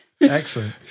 Excellent